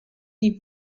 die